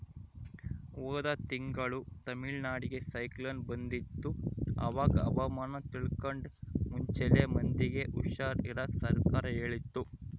ಹೋದ ತಿಂಗಳು ತಮಿಳುನಾಡಿಗೆ ಸೈಕ್ಲೋನ್ ಬಂದಿತ್ತು, ಅವಾಗ ಹವಾಮಾನ ತಿಳ್ಕಂಡು ಮುಂಚೆಲೆ ಮಂದಿಗೆ ಹುಷಾರ್ ಇರಾಕ ಸರ್ಕಾರ ಹೇಳಿತ್ತು